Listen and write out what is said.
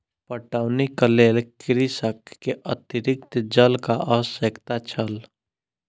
पटौनीक लेल कृषक के अतरिक्त जलक आवश्यकता छल